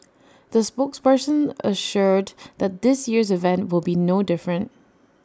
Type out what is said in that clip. the spokesperson assured that this year's event will be no different